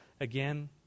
again